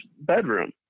bedroom